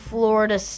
Florida